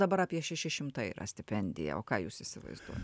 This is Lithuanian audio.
dabar apie šeši šimtai yra stipendija o ką jūs įsivaizduojat